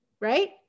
right